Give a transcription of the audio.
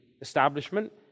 establishment